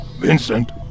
Vincent